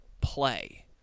Play